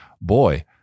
boy